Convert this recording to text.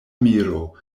miro